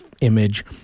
image